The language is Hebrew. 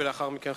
ולאחר מכן,